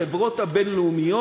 החברות הבין-לאומיות,